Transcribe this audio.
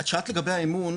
את שאלת לגבי האמון,